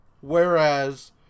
Whereas